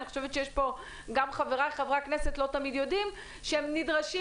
אני חושבת שגם חברי חברי הכנסת לא תמיד יודעים שהם נדרשים